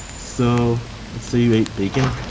so let's say you ate bacon